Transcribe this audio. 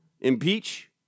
impeach